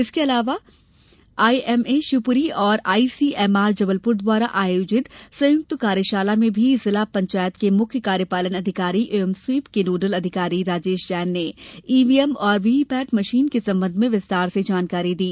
इसके अलावा आईएमए शिवपुरी और आईसीएमआर जबलपुर द्वारा आयोजित संयुक्त कार्यशाला में भी जिला पंचायत के मुख्य कार्यपालन अधिकारी एवं स्वीप के नोडल अधिकारी राजेश जैन ने ईव्हीएम और वीवीपेट मशीन के संबंध में विस्तार से जानकारी दी